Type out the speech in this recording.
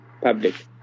public